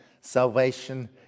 salvation